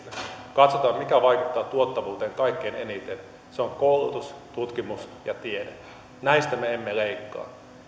katsoa mikä vaikuttaa tuottavuuteen kaikkein eniten se on koulutus tutkimus ja tiede näistä me emme leikkaa